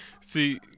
See